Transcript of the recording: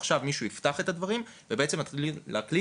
עכשיו מישהו יפתח את הדברים ובעצם את תוכלי להקליד,